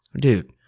dude